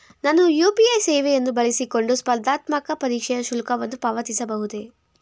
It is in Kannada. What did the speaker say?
ನಾನು ಯು.ಪಿ.ಐ ಸೇವೆಯನ್ನು ಬಳಸಿಕೊಂಡು ಸ್ಪರ್ಧಾತ್ಮಕ ಪರೀಕ್ಷೆಯ ಶುಲ್ಕವನ್ನು ಪಾವತಿಸಬಹುದೇ?